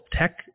tech